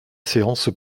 séance